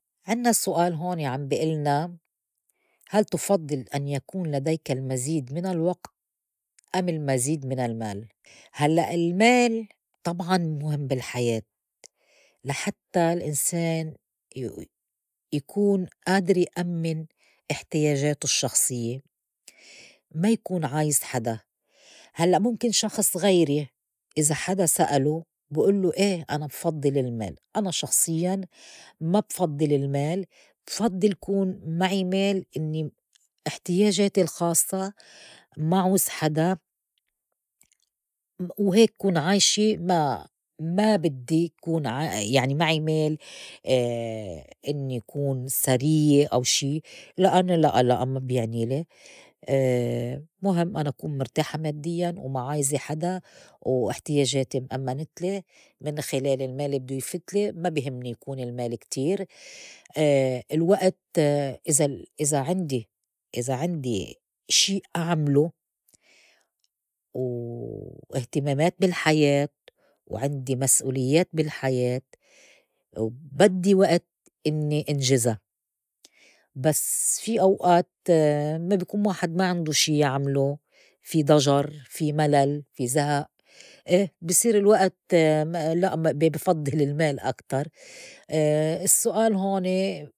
عنّا السّؤال هون عم بي ألنا هل تُفضّل أن يكون لديك المزيد من الوقت أم المزيد من المال؟ هلّأ المال طبعاً مُهم بالحياة لحتّى الإنسان ي- يكون آدر يأمّن احتياجاته الشخصيّة ما يكون عايز حدا، هلّأ مُمكن شخص غيري إذا حدا سألو بي ألّو إيه أنا بفضّل المال، أنا شخصيّا ما بفضّل المال بفضّل كون معي مال إنّي احتياجاتي الخاصّة ما عوز حدا وهيك كون عايشة ما- ما بدّي يكون عا يعني معي مال إنّي أكون سَريّة أو شي لا أنا لأ لأ ما بيعني لي مُهم أنا كون مرتاحة ماديّاً وما عايزه حدا واحتياجاتي مأمنتلي من خلال المال بدّو يفتلي ما بي همني يكون المال كتير. الوقت إذا- إذا- عندي- إذا عندي شي أعملوا و اهتمامات بالحياة و عندي مسؤوليّات بالحياة بدّي وقت إنّي انجزا بس في أوقات ما بيكون واحد ما عندوا شي يعملوا في ضَجر، في ملل، في زهئ، إيه بصير الوقت لأ بفضّل المال أكتر السّؤال هوني.